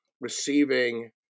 receiving